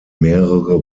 mehrere